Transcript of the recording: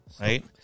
right